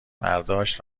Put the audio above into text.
برداشت